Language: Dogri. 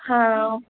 हां